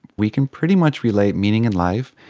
we can pretty much relate meaning in life,